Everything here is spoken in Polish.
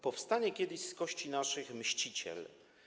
Powstanie kiedyś z kości naszych mściciel.